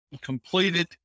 completed